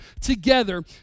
together